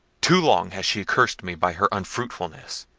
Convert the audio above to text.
too long has she cursed me by her unfruitfulness.